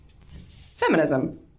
feminism